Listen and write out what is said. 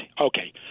Okay